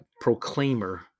Proclaimer